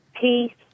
Peace